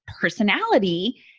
personality